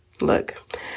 Look